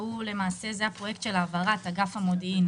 שהוא למעשה זה הפרויקט של העברת אגף המודיעין